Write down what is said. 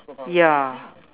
ya